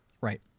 right